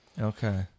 Okay